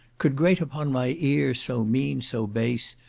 could grate upon my ear so mean, so base,